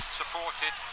supported